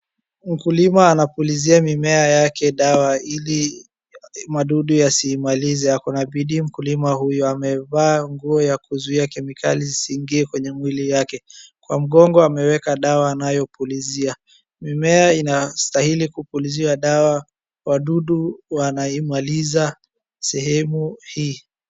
Mkulima anapulizia mimea yake dawa ili madudu yasiimalize. Ako na bidii mkulima huyu. Amevaa nguo ya kuzuia kemikali zisiingie kwenye mwili yake. Kwa mgongo ameweka dawa anayopulizia. Mimea inastahili kupuliziwa dawa wadudu wanaimaliza sehemu hii.